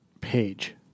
Page